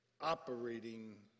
operating